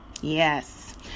Yes